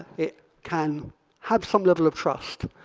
it can have some level of trust.